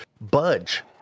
budge